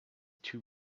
two